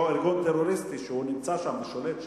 אותו ארגון טרוריסטי שנמצא שם ושולט שם.